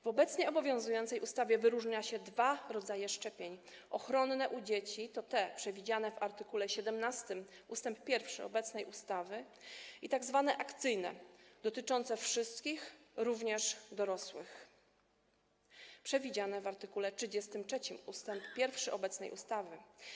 W obecnie obowiązującej ustawie wyróżnia się dwa rodzaje szczepień: ochronne u dzieci, to te przewidziane w art. 17 ust. 1 obecnej ustawy, i tzw. akcyjne, dotyczące wszystkich, również dorosłych, przewidziane w art. 33 ust. 1 obecnej ustawy.